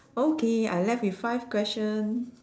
okay I left with five question